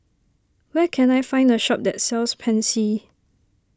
where can I find a shop that sells Pansy